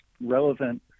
relevant